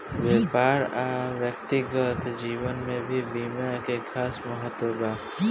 व्यापार आ व्यक्तिगत जीवन में भी बीमा के खास महत्व बा